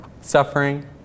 Suffering